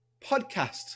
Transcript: podcast